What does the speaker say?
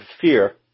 fear